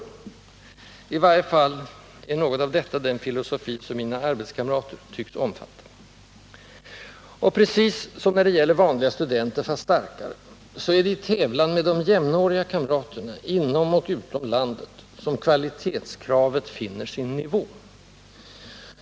I varje fall är något av detta den filosofi som mina arbetskamrater tycks omfatta. Och precis som när det gäller vanliga studenter, fast starkare, så är det i tävlan med de jämnåriga kamraterna — inom och utom landet — som kvalitetskravet finner sin nivå.